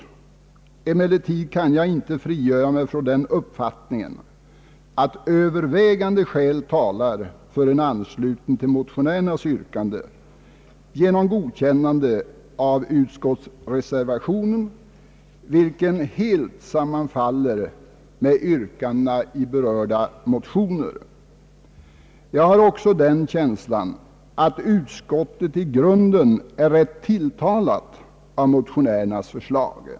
Jag kan emellertid inte frigöra mig från den uppfattningen att övervägande skäl talar för en anslutning till motionärernas yrkande genom godkännande av reservationen, vilken helt sammanfaller med yrkandena i berörda motioner. Jag har också den känslan att utskottet i grunden är rätt tilltalat av motionärernas förslag.